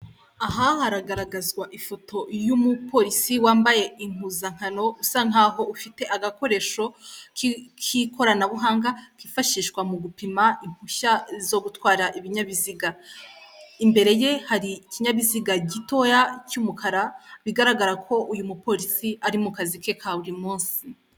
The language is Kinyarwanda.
Aha haragaragazwa ifoto y'umupolisi wambaye impuzankano usa nkaho ufite agakoresho k'ikoranabuhanga kifashishwa mu gupima impushya zo gutwara ibinyabiziga, imbere ye hari ikinyabiziga gitoya cy'umukara bigaragara ko uyu mupolisi ari mu kazi ke ka buri munsi.